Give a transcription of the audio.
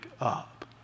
up